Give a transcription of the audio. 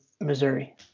Missouri